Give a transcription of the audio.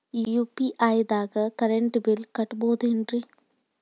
UPI ದಾಗ current bill ಕಟ್ಟಬಹುದೇನ್ರಿ?